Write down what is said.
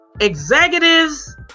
executives